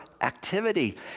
activity